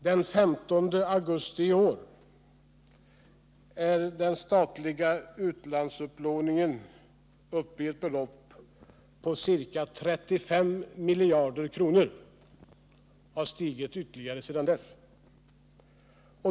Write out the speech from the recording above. Den 15 augusti i år hade den statliga utlandsupplåningen stigit till ca 35 miljarder och har ökat ytterligare sedan dess.